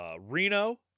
Reno